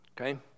Okay